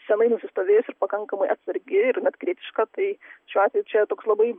senai nusistovėjus ir pakankamai atsargi ir net kritiška tai šiuo atveju čia toks labai